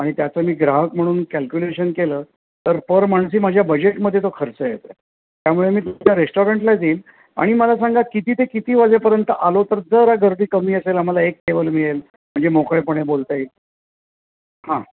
आणि त्याचं मी ग्राहक म्हणून कॅलक्युलेशन केलं तर पर माणसी माझ्या बजेटमध्ये तो खर्च येतो त्यामुळे मी तुमच्या रेस्टॉरंटलाच येईल आणि मला सांगा किती ते किती वाजेपर्यंत आलो तर जरा गर्दी कमी असेल आम्हाला एक टेबल मिळेल म्हणजे मोकळेपणे बोलता येईल हां